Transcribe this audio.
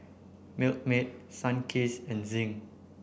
Milkmaid Sunkist and Zinc